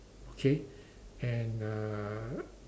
okay and uh